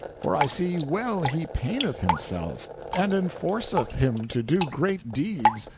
for i see well he paineth himself and enforceth him to do great deeds,